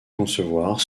concevoir